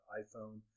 iPhone